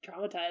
traumatized